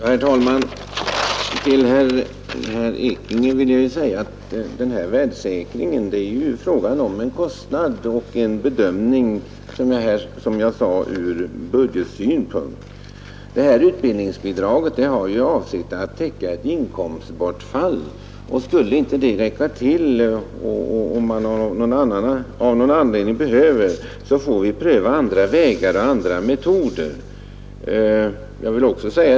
Herr talman! Jag vill säga till herr Ekinge, att när det gäller värdesäkringen är det ju fråga om en kostnad, och där blir det en bedömning från budgetsynpunkt. Syftet med utbildningsbidraget är att täcka ett inkomstbortfall, och om det inte skulle räcka till eller om det föreligger annan anledning härför, så får vi pröva andra vägar och metoder.